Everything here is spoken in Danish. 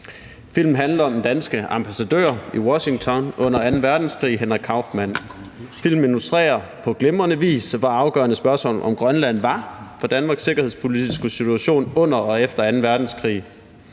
Filmen handler om den danske ambassadør i Washington under anden verdenskrig, Henrik Kauffmann. Filmen illustrerer på glimrende vis, hvor afgørende spørgsmålet om Grønland var for Danmarks sikkerhedspolitiske situation under og efter anden verdenskrig.